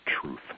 truth